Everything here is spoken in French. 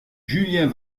julien